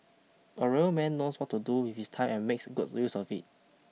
a real man knows what to do with his time and makes good use of it